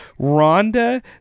Rhonda